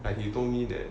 like he told me that